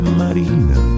marina